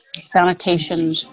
sanitation